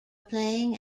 playing